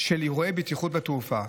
של אירועי בטיחות בתעופה.